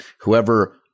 whoever